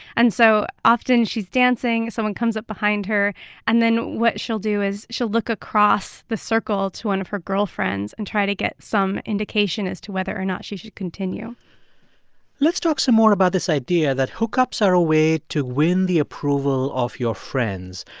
and so often she's dancing, someone comes up behind her and then what she'll do is she'll look across the circle to one of her girlfriends and try to get some indication as to whether or not she should continue let's talk some more about this idea that hookups are a way to win the approval of your friends.